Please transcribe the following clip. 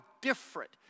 different